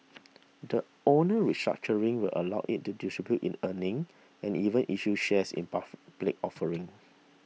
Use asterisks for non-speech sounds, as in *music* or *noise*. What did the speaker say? the owner restructuring will allow it to distribute in earnings and even issue shares in *unintelligible* offerings